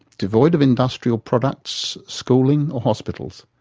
devoid of industrial products, schooling or hospitals.